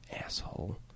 asshole